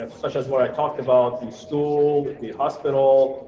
ah such as what i talked about, the school, the hospital,